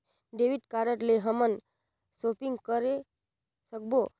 Debit card ले हमन shopping करे सकबो?